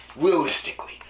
Realistically